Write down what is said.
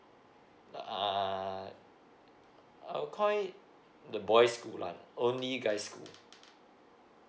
uh I'll call it the boy's school lah only guys school